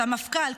את המפכ"ל,